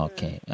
Okay